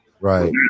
Right